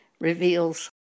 reveals